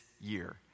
year